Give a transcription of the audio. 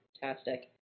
Fantastic